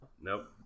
Nope